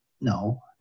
No